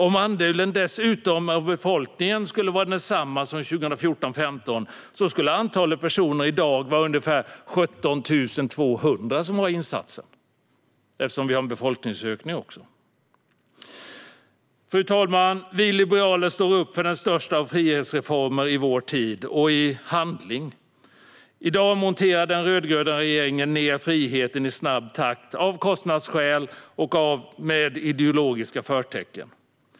Om andelen av befolkningen dessutom skulle ha varit densamma som 2014/15 skulle antalet personer som har insatser i dag vara ungefär 17 200, eftersom vi också har en befolkningsökning. Fru talman! Vi liberaler står i ord och handling upp för den största av frihetsreformer i vår tid. I dag monterar den rödgröna regeringen ned friheten i snabb takt av kostnadsskäl och med ideologiska förtecken.